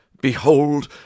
behold